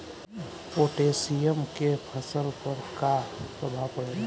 Potassium के फसल पर का प्रभाव पड़ेला?